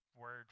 word